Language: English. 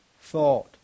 thought